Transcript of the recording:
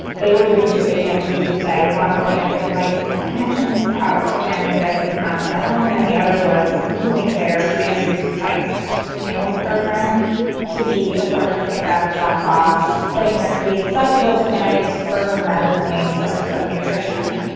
they were doing two big things, as you say. one was getting device and connections out to families that didn't have them at home, and the other was moving their free and reduced priced meals program to be a sort of pick up, drop off thing that could be accessible to families for whom that is a main source of nutrition.